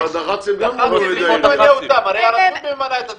הרי הרשות ממנה את הדח"צים.